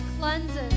cleanses